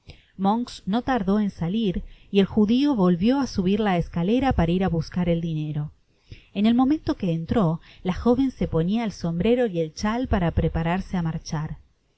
monks no lardó en salir y el judio volvió á subir la escalera para ir á buscar el dinero en el momento que entró la joven se ponia el sombrero y el chai para prepararse á marchar